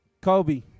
Kobe